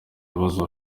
kibazo